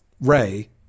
Ray